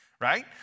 right